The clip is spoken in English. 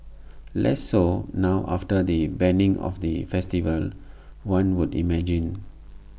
less so now after the banning of the festival one would imagine